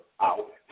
out